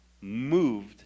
moved